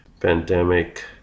pandemic